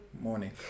Morning